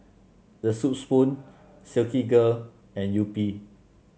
The Soup Spoon Silkygirl and Yupi